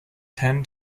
ten